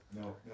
No